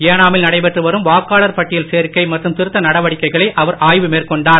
ஏனாமில் நடைபெற்று வரும் வாக்காளர் பட்டியல் சேர்க்கை மற்றும் திருத்த நடவடிக்கைகளை அவர் ஆய்வு மேற்கொண்டார்